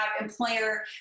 employer